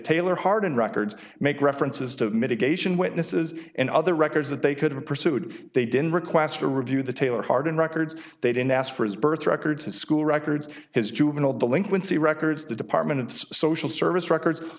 taylor hard and records make references to mitigation witnesses and other records that they could have pursued they didn't request to review the taylor hardin records they didn't ask for his birth records his school records his juvenile delinquency records the department of social service records